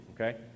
Okay